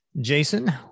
Jason